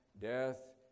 death